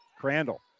Crandall